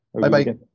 Bye-bye